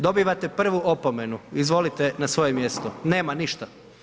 Dobivate prvu opomenu, izvolite na svoje mjesto, nema ništa.